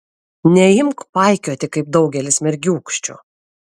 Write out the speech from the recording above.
neimk paikioti kaip daugelis mergiūkščių